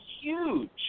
huge